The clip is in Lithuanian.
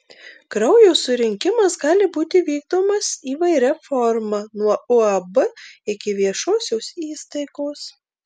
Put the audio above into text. kraujo surinkimas gali būti vykdomas įvairia forma nuo uab iki viešosios įstaigos